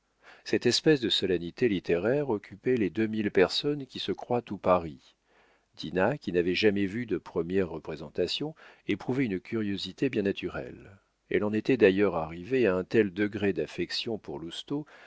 cette espèce de solennité littéraire occupait les deux mille personnes qui se croient tout paris dinah qui n'avait jamais vu de première représentation éprouvait une curiosité bien naturelle elle en était d'ailleurs arrivée à un tel degré d'affection pour lousteau